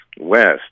west